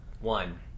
one